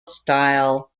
style